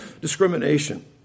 discrimination